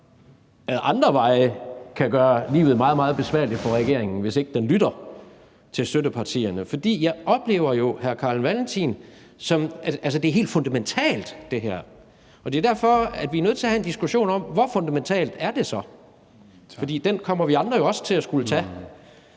ad andre veje kan gøre livet meget, meget besværligt for regeringen, hvis ikke den lytter til støttepartierne. Jeg oplever jo det, hr. Carl Valentin siger her, som om det er helt fundamentalt, og det er derfor, vi er nødt til have en diskussion om, hvor fundamentalt det så er. For den diskussion kommer vi andre jo også til at skulle tage